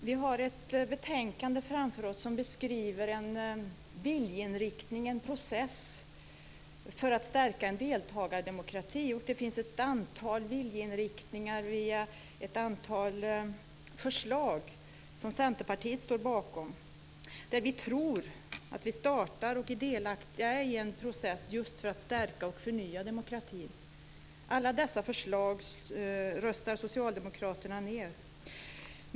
Fru talman! Vi har ett betänkande framför oss som beskriver en viljeinriktning, en process för att stärka en deltagardemokrati. Det finns ett antal viljeinriktningar via ett antal förslag som Centerpartiet står bakom och där vi tror att vi startar och är delaktiga i en process just för att stärka och förnya demokratin. Alla dessa förslag röstar socialdemokraterna ned.